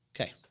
Okay